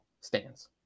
stands